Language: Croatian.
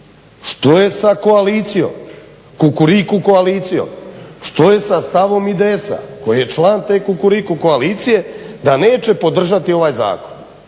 što je sa koalicijom, Kukuriku koalicijom, što je sa stavom IDS-a koji je član te Kukuriku koalicije da neće podržati ovaj zakon,